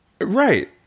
Right